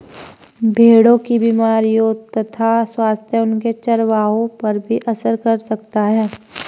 भेड़ों की बीमारियों तथा स्वास्थ्य उनके चरवाहों पर भी असर कर सकता है